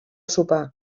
sopar